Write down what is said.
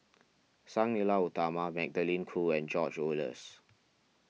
Sang Nila Utama Magdalene Khoo and George Oehlers